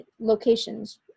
locations